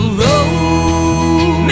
road